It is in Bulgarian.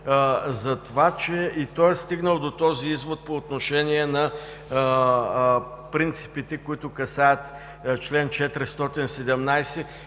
затова, че и той е стигнал до този извод по отношение на принципите, които касаят чл. 417